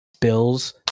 bills